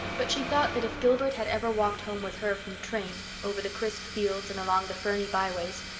but she thought that if gilbert had ever walked home with her from the train, over the crisp fields and along the ferny byways,